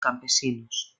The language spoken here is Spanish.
campesinos